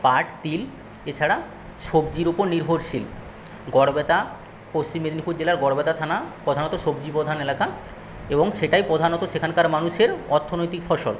পাট তিল এছাড়া সবজির ওপর নির্ভরশীল গড়বেতা পশ্চিম মেদিনীপুর জেলার গড়বেতা থানা প্রধানত সবজিপ্রধান এলাকা এবং সেটাই প্রধানত সেখানকার মানুষের অর্থনৈতিক ফসল